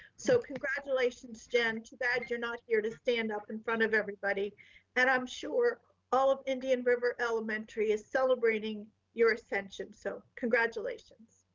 so congratulations jen too bad you're not here to stand up in front of everybody that i'm sure all of indian river elementary is celebrating your ascension. so congratulations.